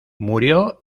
murió